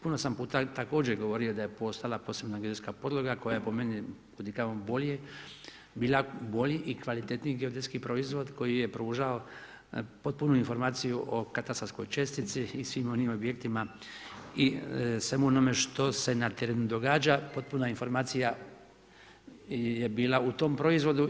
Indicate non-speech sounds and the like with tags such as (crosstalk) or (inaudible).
Puno sam puta također govorio da je postala posebna … (unintelligible) podloga koja po meni, kud i kamo bolje bila, bolji i kvalitetniji geodetski proizvod, koji je pružao potpunu informaciju o katastarskoj čestici i svim onim objektima i svemu onome što se na terenu događa, potpuna informacija je bila u tom proizvodu.